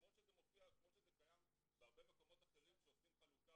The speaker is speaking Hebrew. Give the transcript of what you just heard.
כמו שזה קיים בהרבה מקומות אחרים שעושים חלוקה